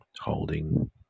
Holding